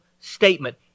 statement